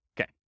Okay